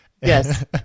Yes